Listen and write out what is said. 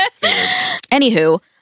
Anywho